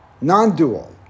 non-dual